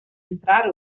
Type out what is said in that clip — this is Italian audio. entrare